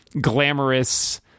glamorous